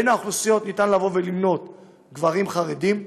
בין הקבוצות גברים חרדים,